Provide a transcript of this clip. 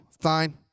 Fine